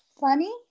funny